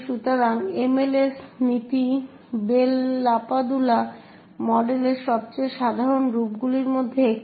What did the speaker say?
সুতরাং MLS নীতি Bell LaPadula মডেলের সবচেয়ে সাধারণ রূপগুলির মধ্যে একটি